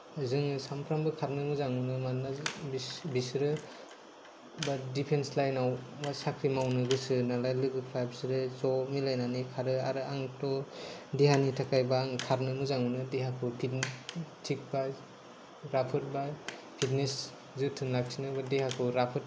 जोङो सानफ्रोमबो खारनो मोजां मोनो मानोना बिसोरो बा दिफेन्स लाइन आव साख्रि मावनो गोसो नालाय लोगोफोरा बिसोरो ज' मिलायनानै खारो आरो आंथ' देहानि थाखाय बा आं खारनो मोजां मोनो देहाखौ थिक बा राफोद बा फिटनेस जोथोन लाखिनोबो देहाखौ राफोद